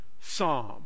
psalm